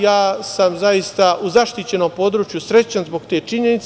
Ja sam zaista u zaštićenom području srećan zbog te činjenice.